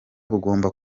bugomba